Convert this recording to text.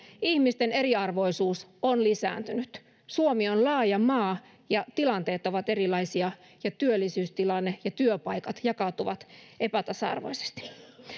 ihmisten eriarvoisuus on lisääntynyt suomi on laaja maa tilanteet ovat erilaisia ja työllisyystilanne ja työpaikat jakaantuvat epätasa arvoisesti